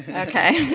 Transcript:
ah okay.